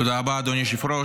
תודה רבה, אדוני היושב-ראש.